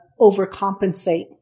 overcompensate